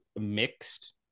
mixed